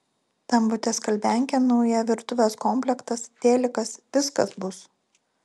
tam bute skalbiankė nauja virtuvės komplektas telikas viskas bus